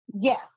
Yes